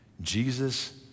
Jesus